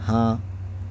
ہاں